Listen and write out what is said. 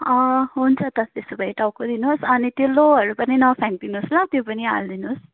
हुन्छ त त्यसो भए टाउको दिनुहोस् अनि त्यो लोहरू पनि नफ्याँक्दिनुस् ल त्यो पनि हाल्दिनुस्